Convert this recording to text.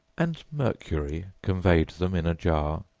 and mercury conveyed them in a jar,